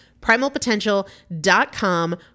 Primalpotential.com